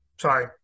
Sorry